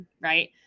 Right